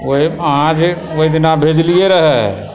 ओहि अहाँ जे ओहि दिना भेजलियै रहय